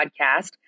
podcast